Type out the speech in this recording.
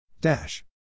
Dash